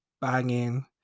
banging